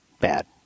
bad